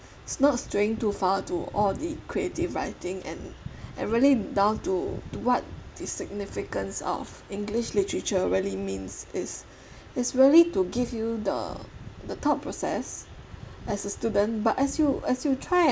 not straying too far to all the creative writing and and really down to what the significance of english literature really means is is really to give you the the thought process as a student but as you as you try